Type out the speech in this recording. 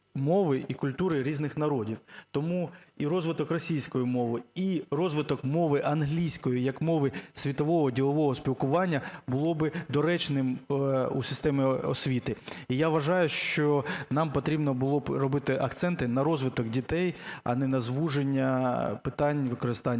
мови і культури різних народів. Тому і розвиток російської мови, і розвиток мови англійської як мови світового ділового спілкування було би доречним у системі освіти. І я вважаю, що нам потрібно було б робити акценти на розвиток дітей, а не на звуження питань використання